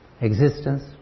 existence